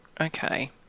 Okay